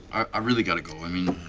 i really gotta go. i mean.